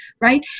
right